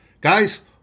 Guys